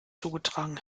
zugetragen